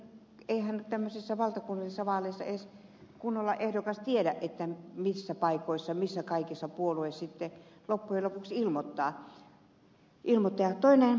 eihän tämmöisissä valtakunnallisissa vaaleissa edes kunnolla ehdokas tiedä missä kaikissa paikoissa puolue sitten loppujen lopuksi ilmoittaa